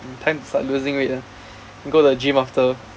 time to start losing weight ah go to the gym after